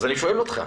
אז שואל אותך.